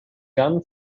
gun